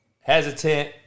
Hesitant